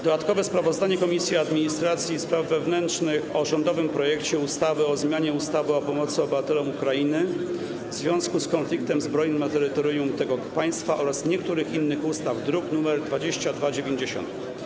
Dodatkowe sprawozdanie Komisji Administracji i Spraw Wewnętrznych o rządowym projekcie ustawy o zmianie ustawy o pomocy obywatelom Ukrainy w związku z konfliktem zbrojnym na terytorium tego państwa oraz niektórych innych ustaw, druk nr 2290.